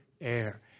air